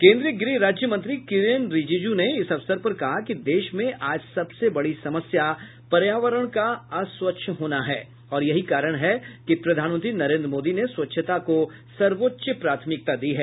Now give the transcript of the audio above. केन्द्रीय गृह राज्य मंत्री किरेन रिजिजू ने इस अवसर पर कहा कि देश में आज सबसे बड़ी समस्या पर्यावरण का अस्वच्छ होना है और यही कारण है कि प्रधानमंत्री नरेन्द्र मोदी ने स्वच्छता को सर्वोच्च प्राथमिकता दी है